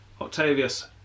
Octavius